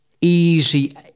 easy